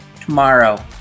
tomorrow